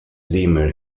dreamer